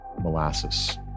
Molasses